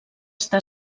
està